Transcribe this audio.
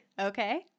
okay